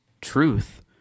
truth